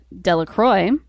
Delacroix